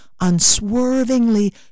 unswervingly